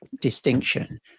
distinction